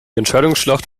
entscheidungsschlacht